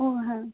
ও হ্যাঁ